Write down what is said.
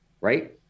right